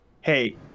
hey